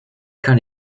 kann